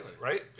Right